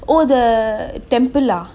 or the temper lah